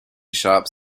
shops